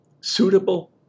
suitable